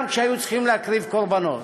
גם כשהיו צריכים להקריב קורבנות.